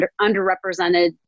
underrepresented